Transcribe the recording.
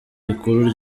rikuru